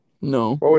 no